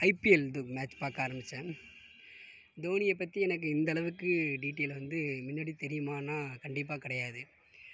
IPL match பார்க்க ஆரம்பிச்சேன் தோனியப்பற்றி எனக்கு இந்த அளவுக்கு டீட்டைல் வந்து முன்னடி தெரியும்மான்னா கண்டிப்பாக கிடையாது